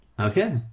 Okay